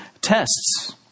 Tests